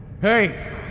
Hey